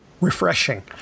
refreshing